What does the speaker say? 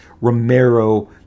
Romero